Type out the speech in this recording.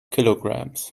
kilograms